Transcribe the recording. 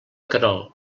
querol